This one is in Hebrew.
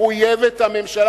מחויבת הממשלה,